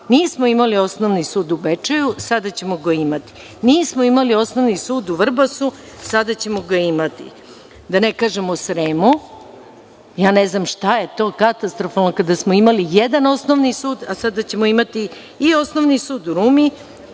Nismo imali osnovni sud u Bečeju, a sada ćemo ga imati. Nismo imali osnovni sud u Vrbasu, a sada ćemo ga imati, da ne kažem u Sremu. Ne znam šta je to katastrofalno kada smo imali jedan osnovni sud, a sada ćemo imati i osnovni sud u Rumi